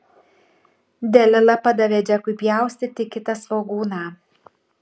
delila padavė džekui pjaustyti kitą svogūną